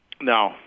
No